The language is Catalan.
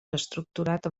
estructurat